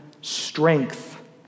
strength